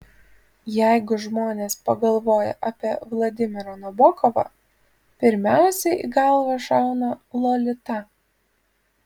jeigu žmonės pagalvoja apie vladimirą nabokovą pirmiausia į galvą šauna lolita